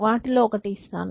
వాటిలో ఒకటి ఇస్తాను